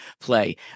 play